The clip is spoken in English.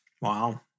Wow